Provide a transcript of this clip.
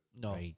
no